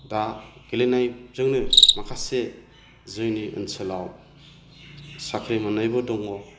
दा गेलेनायजोंनो माखासे जोंनि ओनसोलाव साख्रि मोन्नायबो दङ